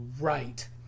right